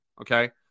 okay